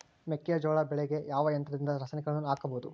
ಮೆಕ್ಕೆಜೋಳ ಬೆಳೆಗೆ ಯಾವ ಯಂತ್ರದಿಂದ ರಾಸಾಯನಿಕಗಳನ್ನು ಹಾಕಬಹುದು?